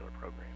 program